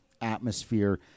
atmosphere